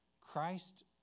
Christ